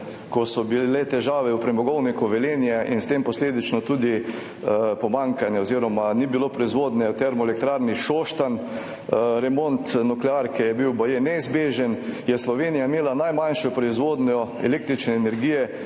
ko so bile težave v Premogovniku Velenje in s tem posledično tudi pomanjkanje oziroma ni bilo proizvodnje v Termoelektrarni Šoštanj, remont nuklearke, ki je bil baje neizbežen, Slovenija je imela najmanjšo proizvodnjo električne energije